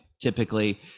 typically